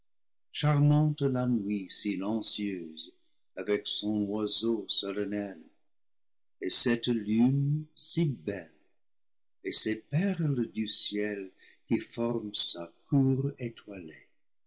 charmante la nuit silencieuse avec son oiseau solennel et cette lune si belle et ces perles du ciel qui forment sa cour étoilée